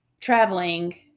traveling